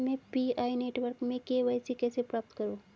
मैं PI network में KYC कैसे प्राप्त करूँ?